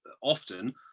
often